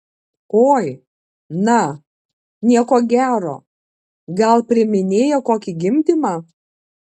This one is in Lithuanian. oi na nieko gero gal priiminėja kokį gimdymą